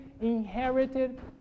inherited